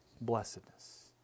blessedness